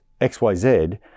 xyz